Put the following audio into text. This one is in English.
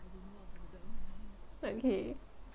okay